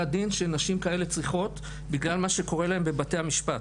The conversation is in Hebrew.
הדין שנשים כאלה צריכות בגלל מה שקורה להם בבתי המשפט.